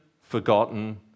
forgotten